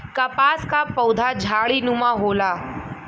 कपास क पउधा झाड़ीनुमा होला